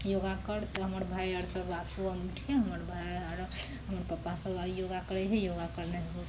योगा करऽ तऽ सब हमर भाय अर आब सुबहमे उठिके मम्मी पप्पा सब योगा करय छै योगा करनाइ बहुत